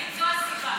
האם זו הסיבה?